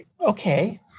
Okay